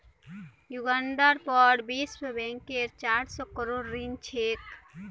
युगांडार पर विश्व बैंकेर चार सौ करोड़ ऋण छेक